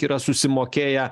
yra susimokėję